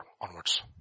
onwards